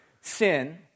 sin